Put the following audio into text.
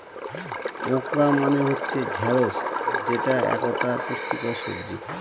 okra মানে হচ্ছে ঢ্যাঁড়স যেটা একতা পুষ্টিকর সবজি